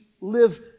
live